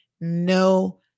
no